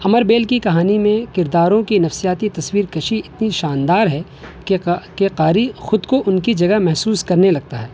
امر بیل کی کہانی میں کرداروں كی نفسیاتی تصویر کشی اتنی شاندار ہے کہ کہ قاری خود کو ان کی جگہ محسوس کرنے لگتا ہے